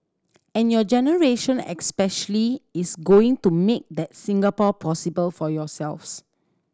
and your generation especially is going to make that Singapore possible for yourselves